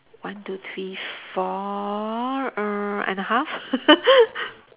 one two three four err and a half